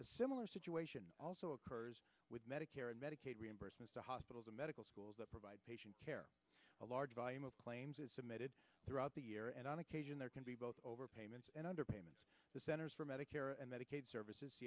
a similar situation also occurs with medicare and medicaid reimbursements to hospitals and medical schools that provide patient care a large volume of claims is submitted throughout the year and on occasion there can be both over payments and under payments the centers for medicare and medicaid services